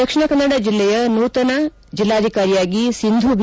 ದಕ್ಷಿಣ ಕನ್ನಡ ಜಿಲ್ಲೆಯ ನೂತನ ಜಿಲ್ಲಾಧಿಕಾರಿಯಾಗಿ ಸಿಂಧು ಬಿ